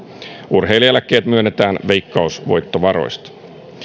urheilijaeläkkeet myönnetään veikkausvoittovaroista